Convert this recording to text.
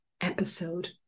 episode